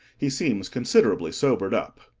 he seems considerably sobered up.